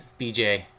BJ